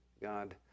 God